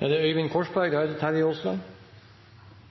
La meg bare si at jeg har forståelse for Terje Aaslands frustrasjon og sinne her på talerstolen. For det må være ondt for representanten Aasland